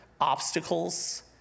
obstacles